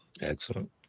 excellent